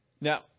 Now